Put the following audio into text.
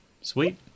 Sweet